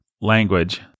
language